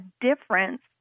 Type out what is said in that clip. difference